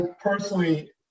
personally